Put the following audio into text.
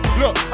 look